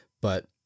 but-